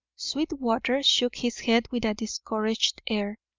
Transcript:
sweetwater shook his head with a discouraged air,